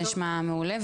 זה נשמע מעולה.